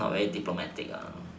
not very diplomatic